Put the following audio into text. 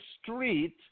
street